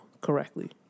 Correctly